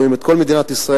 הם רואים את כל מדינת ישראל,